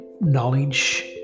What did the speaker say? knowledge